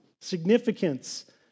significance